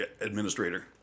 administrator